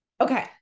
Okay